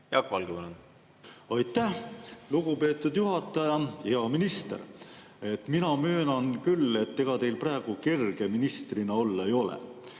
Küsin niimoodi. Aitäh, lugupeetud juhataja! Hea minister! Mina möönan küll, et ega teil praegu kerge minister olla ei ole,